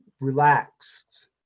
relaxed